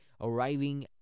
arriving